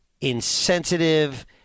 insensitive